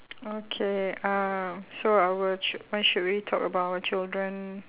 okay um so our child~ when should we talk about our children